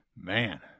man